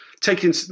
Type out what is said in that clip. taking